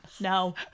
no